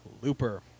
Looper